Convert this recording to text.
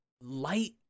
light